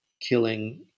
killing